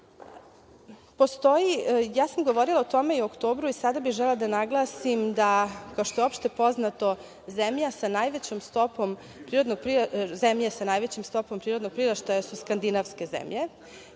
roditelja. Govorila sam o tome i u oktobru i sada bih želela da naglasim da, kao što je opšte poznato, zemlje sa najvećom stopom prirodnog priraštaja su skandinavske zemlje